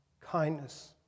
kindness